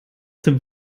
dem